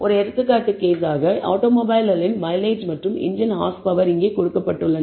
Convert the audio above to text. ஒரு எடுத்துக்காட்டு case automobile களின் மைலேஜ் மற்றும் இன்ஜின் ஹார்ஸ் பவர் இங்கே கொடுக்கப்பட்டுள்ளது